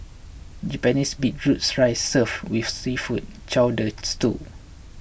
Japanese beetroots rice served with seafood chowder stew